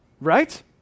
Right